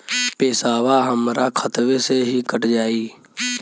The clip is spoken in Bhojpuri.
पेसावा हमरा खतवे से ही कट जाई?